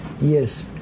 Yes